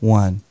one